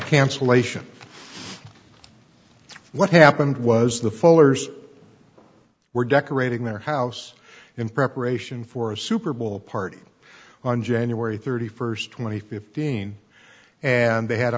cancellation what happened was the fullers were decorating their house in preparation for a super bowl party on january thirty first twenty fifteen and they had a